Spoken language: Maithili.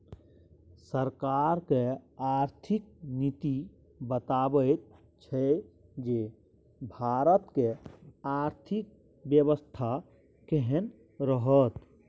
सरकारक आर्थिक नीति बताबैत छै जे भारतक आर्थिक बेबस्था केहन रहत